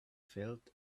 felt